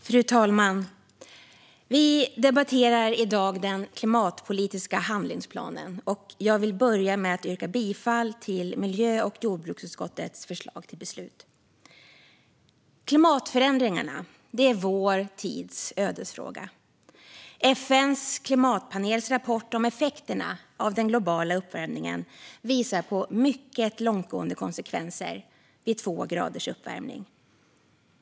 Fru talman! Vi debatterar i dag den klimatpolitiska handlingsplanen. Jag vill börja med att yrka bifall till miljö och jordbruksutskottets förslag till beslut. Klimatförändringarna är vår tids ödesfråga. FN:s klimatpanels rapport om effekterna av den globala uppvärmningen visar på mycket långtgående konsekvenser vid två graders uppvärmning.